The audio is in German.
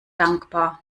dankbar